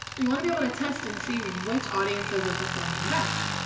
you want to be able to test and see which audiences are. performing the best.